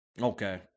okay